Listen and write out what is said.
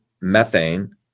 methane